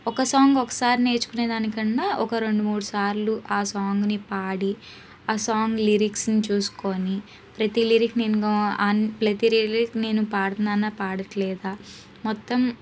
ఒక సాంగ్ ఒకసారి నేర్చుకునేదానికన్నా ఒక రెండు మూడు సార్లు ఆ సాంగ్ని పాడి ఆ సాంగ్ లిరిక్స్ని చూసుకొని ప్రతి లిరిక్ నేను ప్రతి లిరిక్ నేను పాడుతున్నానా పాడట్లేదా మొత్తం